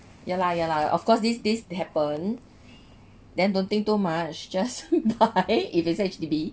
ya lah ya lah of course this this happen then don't think too much just buy if it said H_D_B